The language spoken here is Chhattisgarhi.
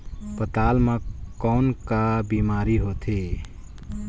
पातल म कौन का बीमारी होथे?